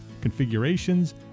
configurations